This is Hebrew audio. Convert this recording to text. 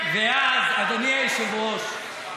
אדוני היושב-ראש,